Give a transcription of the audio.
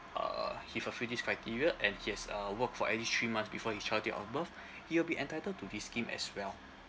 uh he fulfill these criteria and he has uh work for at least three months before his child date of birth he will be entitled to this scheme as well